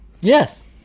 Yes